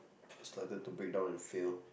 started to breakdown in frail